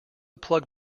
plug